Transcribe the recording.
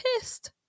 pissed